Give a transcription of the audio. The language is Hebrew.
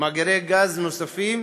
מאגרי גז נוספים,